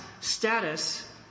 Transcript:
status